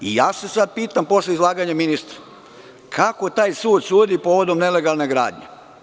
Sada se pitam, posle izlaganja ministra, kako taj sud sudi povodom nelegalne gradnje.